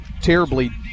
terribly